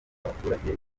abaturage